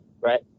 right